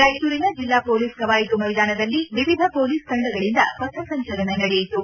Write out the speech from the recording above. ರಾಯಚೂರಿನ ಜಿಲ್ಲಾ ಪೊಲೀಸ್ ಕವಾಯಿತು ಮೈದಾನದಲ್ಲಿ ವಿವಿಧ ಪೊಲೀಸ್ ತಂಡಗಳಂದ ಪಥ ಸಂಚಲನ ನಡೆಯಿತು